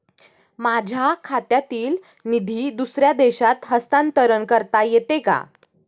माझ्या खात्यातील निधी दुसऱ्या देशात हस्तांतर करता येते का?